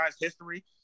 history